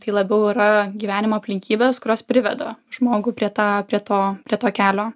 tai labiau yra gyvenimo aplinkybės kurios priveda žmogų prie tą prie to prie to kelio